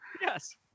yes